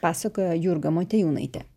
pasakoja jurga motiejūnaitė